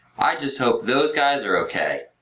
i just hope those guys are okay.